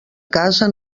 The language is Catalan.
casa